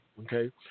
okay